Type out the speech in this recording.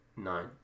Nine